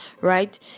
right